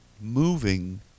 moving